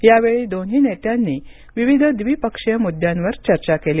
यावेळी दोन्ही नेत्यांनी विविध द्विपक्षीय मुद्द्यांवर चर्चा केली